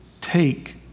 take